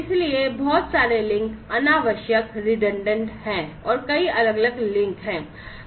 इसलिए बहुत सारे लिंक अनावश्यक हैं और कई अलग अलग लिंक हैं